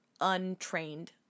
untrained